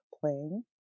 playing